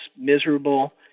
miserable